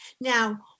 Now